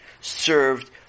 served